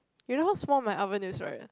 you know how small my oven is right